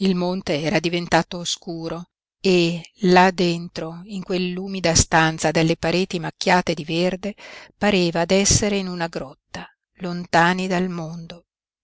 il monte era diventato scuro e là dentro in quell'umida stanza dalle pareti macchiate di verde pareva d'essere in una grotta lontani dal mondo